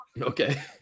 Okay